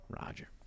Roger